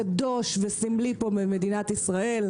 קדוש וסמלי כאן במדינת ישראל.